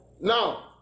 Now